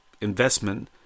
investment